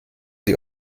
sie